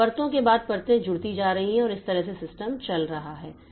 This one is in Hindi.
तो परतों के बाद परतें जुड़ती जा रही हैं और इस तरह से सिस्टम चल रहा है